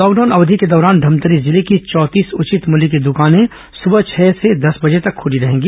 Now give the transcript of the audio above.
lockdown अवधि के दौरान धमतरी जिले की चौंतीस उचित मूल्य की दुकानें सुबह छह से दस बजे तक खुली रहेंगी